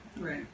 right